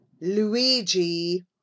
Luigi